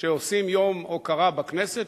שעושים יום הוקרה בכנסת,